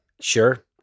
Sure